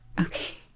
Okay